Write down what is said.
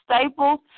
Staples